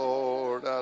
Lord